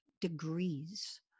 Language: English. degrees